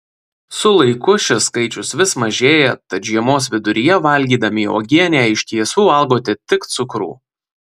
su laiku šis skaičius vis mažėja tad žiemos viduryje valgydami uogienę iš tiesų valgote tik cukrų